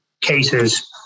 cases